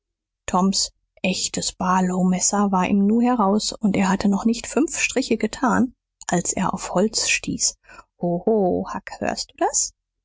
toms echtes barlow messer war im nu heraus und er hatte noch nicht fünf striche getan als er auf holz stieß hoho huck hörst du das